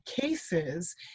cases